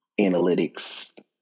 analytics